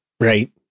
Right